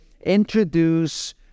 introduce